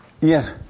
Yes